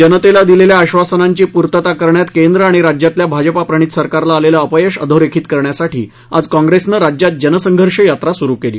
जनतेला दिलेल्या आक्षासनांची पूर्तता करण्यात केंद्र आणि राज्यातल्या भाजपाप्रणीत सरकारला आलेलं अपयश अधोरेखित करण्यासाठी आज काँप्रेसनं राज्यात जनसंघर्ष यात्रा सुरू केली